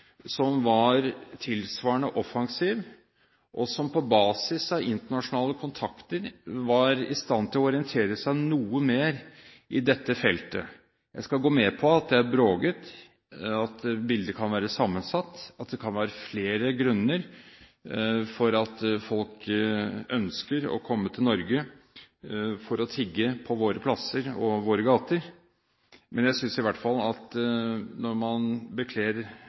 som var tilsvarende offensiv, og som på basis av internasjonale kontakter var i stand til å orientere seg noe mer i dette feltet. Jeg skal gå med på at bildet er broket, at det kan være sammensatt, og at det kan være flere grunner til at folk ønsker å komme til Norge for å tigge på våre plasser og i våre gater. Men jeg synes i hvert fall at når man